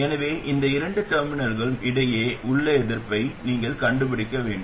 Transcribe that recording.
எனவே இந்த இரண்டு டெர்மினல்களுக்கு இடையே உள்ள எதிர்ப்பை நீங்கள் கண்டுபிடிக்க வேண்டும்